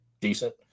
decent